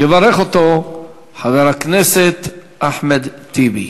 יברך אותו חבר הכנסת אחמד טיבי.